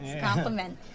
compliment